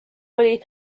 oli